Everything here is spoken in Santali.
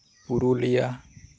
ᱯᱩᱨᱩᱞᱤᱭᱟ